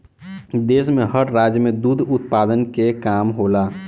देश में हर राज्य में दुध उत्पादन के काम होला